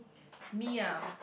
me ah